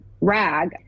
rag